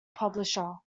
publisher